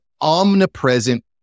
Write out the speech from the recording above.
omnipresent